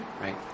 right